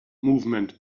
movement